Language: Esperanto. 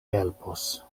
helpos